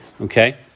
Okay